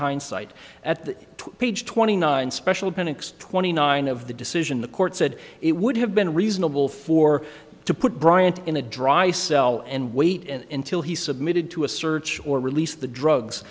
hindsight at the to page twenty nine special appendix twenty nine of the decision the court said it would have been reasonable for to put bryant in a dry cell and wait and till he submitted to a search or release of the drugs